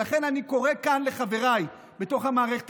ולכן אני קורא כאן לחבריי בתוך המערכת